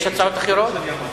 יש הצעות אחרות?